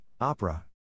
Opera